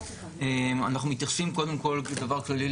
אנחנו מתייחסים קודם כל כדבר כללי,